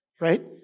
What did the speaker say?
right